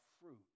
fruit